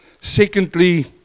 Secondly